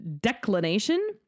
declination